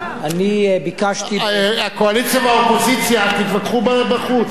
הקואליציה והאופוזיציה, תתווכחו בחוץ.